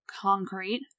concrete